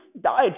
died